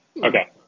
Okay